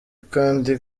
kandi